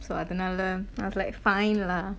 so அதுனால:athunaala I was like fine lah